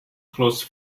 close